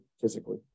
physically